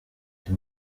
ndi